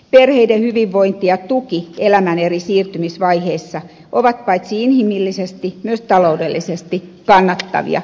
perheiden hyvinvointi ja tuki elämän eri siirtymisvaiheissa ovat paitsi inhimillisesti myös ta loudellisesti kannattavia investointeja